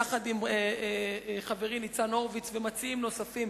יחד עם חברי ניצן הורוביץ ומציעים נוספים,